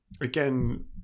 again